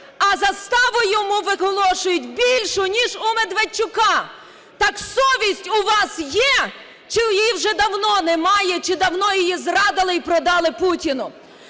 А заставу йому виголошують більшу, ніж у Медведчука. Так совість у вас є!? Чи її вже давно немає, чи давно її зрадили і продали Путіну!